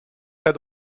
head